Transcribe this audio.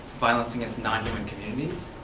violence against non-human communities,